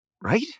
right